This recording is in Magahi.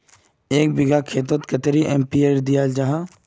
एक बिगहा खेतोत कतेरी एन.पी.के दियाल जहा?